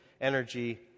energy